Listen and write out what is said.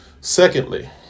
Secondly